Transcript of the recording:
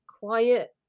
quiet